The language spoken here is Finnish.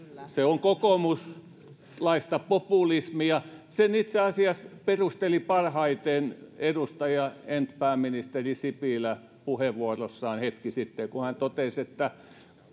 se on kokoomuslaista populismia sen itse asiassa perusteli parhaiten edustaja entinen pääministeri sipilä puheenvuorossaan hetki sitten kun hän totesi että